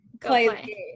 play